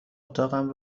اتاقم